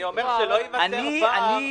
שלא ייווצר פער,